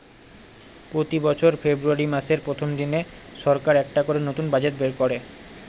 প্রতি বছর ফেব্রুয়ারী মাসের প্রথম দিনে সরকার একটা করে নতুন বাজেট বের করে